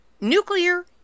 nuclear